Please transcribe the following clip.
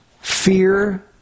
fear